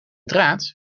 draad